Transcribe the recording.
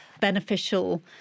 beneficial